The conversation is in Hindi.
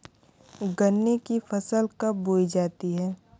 गन्ने की फसल कब बोई जाती है?